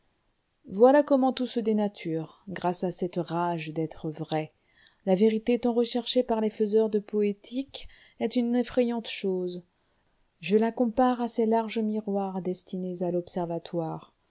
voilà comment tout se dénature grâce à cette rage d'être vrai la vérité tant recherchée par les faiseurs de poétiques est une effrayante chose je la compare à ces larges miroirs destinés à l'observatoire